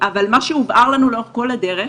אבל מה שהובהר לנו לאורך כל הדרך,